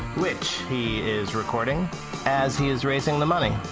which he is recording as he is raising the money.